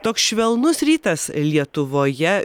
toks švelnus rytas lietuvoje